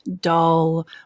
dull